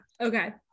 okay